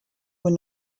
were